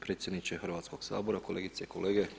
Predsjedniče Hrvatskoga sabora, kolegice i kolege.